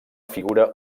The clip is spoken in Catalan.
figura